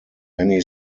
many